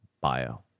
bio